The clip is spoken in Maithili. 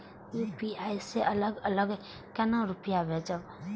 यू.पी.आई से अलग अलग केना रुपया भेजब